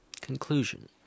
Conclusion